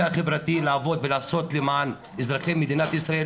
החברתי לעבוד ולעשות למען אזרחי מדינת ישראל,